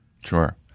Sure